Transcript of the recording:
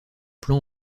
plan